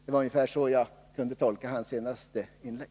Det var ungefär så jag tolkade hans senaste inlägg.